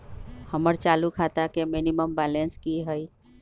हमर चालू खाता के मिनिमम बैलेंस कि हई?